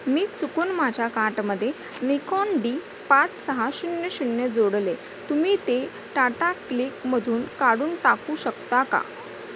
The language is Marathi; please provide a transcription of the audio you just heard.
मी चुकून माझ्या कार्टमध्ये निकॉन डी पाच सहा शून्य शून्य जोडले तुम्ही ते टाटा क्लीकमधून काढून टाकू शकता का